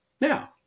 Now